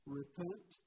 repent